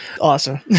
awesome